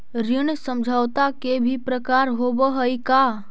ऋण समझौता के भी प्रकार होवऽ हइ का?